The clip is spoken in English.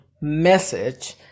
message